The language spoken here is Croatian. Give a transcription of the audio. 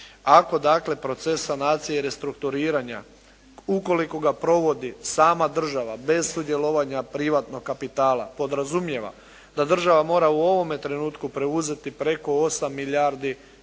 Ako dakle, proces sanacije i restrukturiranja ukoliko ga provodi sama država bez sudjelovanja privatnog kapitala podrazumijeva da država mora u ovome trenutku preuzeti preko 8 milijardi kuna